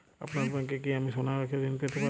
আপনার ব্যাংকে কি আমি সোনা রেখে ঋণ পেতে পারি?